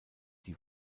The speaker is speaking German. die